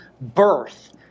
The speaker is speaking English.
birth